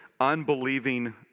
unbelieving